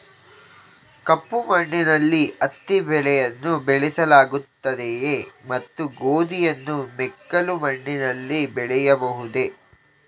ಕಪ್ಪು ಮಣ್ಣಿನಲ್ಲಿ ಹತ್ತಿ ಬೆಳೆಯನ್ನು ಬೆಳೆಸಲಾಗುತ್ತದೆಯೇ ಮತ್ತು ಗೋಧಿಯನ್ನು ಮೆಕ್ಕಲು ಮಣ್ಣಿನಲ್ಲಿ ಬೆಳೆಯಬಹುದೇ?